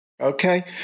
Okay